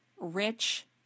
rich